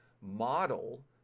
model